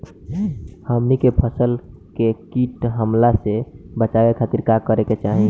हमनी के फसल के कीट के हमला से बचावे खातिर का करे के चाहीं?